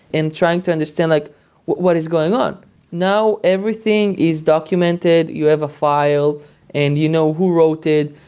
and trying to understand like what is going on now, everything is documented. you have a file and you know who wrote it.